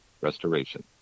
restoration